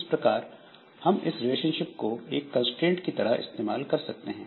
इस प्रकार हम इस रिलेशनशिप को एक कंस्ट्रेंट की तरह इस्तेमाल कर सकते हैं